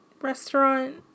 restaurant